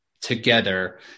together